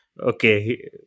Okay